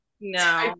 No